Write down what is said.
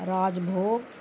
راج بھوگ